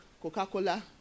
Coca-Cola